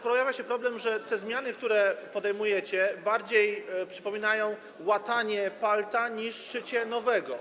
pojawia się problem, bo te zmiany, które podejmujecie, bardziej przypominają łatanie palta niż szycie nowego.